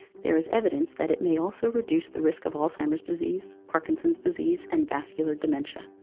there is evidence that it may also reduce the risk of alzheimer's disease, parkinson's disease, and vascular dementia.